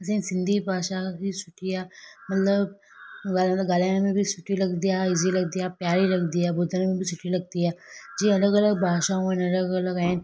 असांजी सिंधी भाषा ॾाढी सुठी आहे मतलबु ॻाल्हि में ॻाल्हाइण में बि सुठी लॻंदी आहे इज़ी लॻंदी आहे प्यारी लॻंदी आहे ॿुधण में बि सुठी लॻंदी आहे जीअं अलॻि अलॻि भाषाऊं आहिनि अलॻि अलॻि आहिनि